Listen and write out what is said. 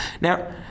Now